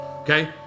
Okay